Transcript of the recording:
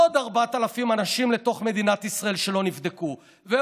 עוד 4,000 אנשים שלא נבדקו לתוך מדינת ישראל,